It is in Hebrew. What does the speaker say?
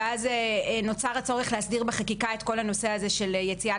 ואז נוצר הצורך להסדיר בחקיקה את כל הנושא של יציאה